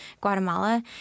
Guatemala